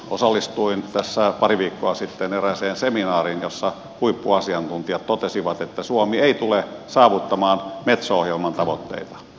osallistuin tässä pari viikkoa sitten erääseen seminaariin jossa huippuasiantuntijat totesivat että suomi ei tule saavuttamaan metso ohjelman tavoitteita